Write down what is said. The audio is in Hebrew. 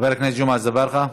חבר הכנסת ג'מעה אזברגה,